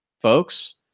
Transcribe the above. folks